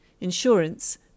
insurance